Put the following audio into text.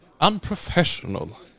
unprofessional